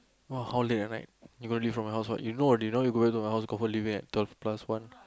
!wah! how late at night you going to leave from my house what you know already now you go back to my house confirm leaving at twelve plus one